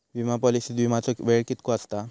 विमा पॉलिसीत विमाचो वेळ कीतको आसता?